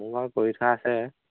মোৰ বাৰু পৰীক্ষা আছে